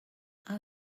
how